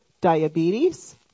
diabetes